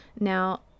Now